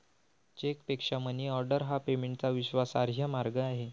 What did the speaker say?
चेकपेक्षा मनीऑर्डर हा पेमेंटचा विश्वासार्ह मार्ग आहे